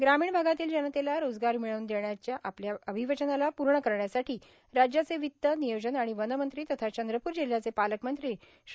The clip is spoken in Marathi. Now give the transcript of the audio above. ग्रामीण भागातील जनतेला रोजगाऱ मिळवून देण्याच्या आपल्या अभिवचनाला पूर्ण करण्यासाठी राज्याचे वित्त नियोजन आणि वन मंत्री तथा चंद्रपूर जिल्ह्याचे पालकमंत्री श्री